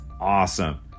awesome